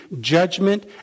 judgment